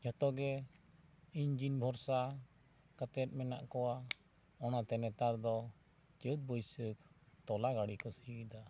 ᱡᱚᱛᱚ ᱜᱮ ᱤᱱᱡᱤᱱ ᱵᱷᱚᱨᱥᱟ ᱠᱟᱛᱮᱫ ᱢᱮᱱᱟᱜ ᱠᱚᱣᱟ ᱚᱱᱟᱛᱮ ᱱᱮᱛᱟᱨ ᱫᱚ ᱪᱟᱹᱛ ᱵᱟᱹᱭᱥᱟᱹᱠᱷ ᱛᱚᱞᱟ ᱜᱟᱹᱰᱤ ᱠᱚ ᱥᱤᱭᱮᱫᱟ